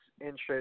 interest